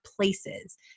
places